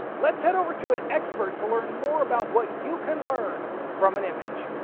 let's head over to an expert to learn more about what you can learn from an image.